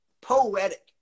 Poetic